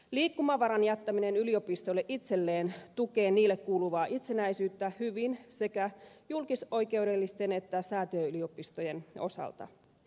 liikkumavaran jättäminen yliopistoille itselleen tukee niille kuuluvaa itsenäisyyttä hyvin sekä julkisoikeudellisten että säätiöyliopistojen osalta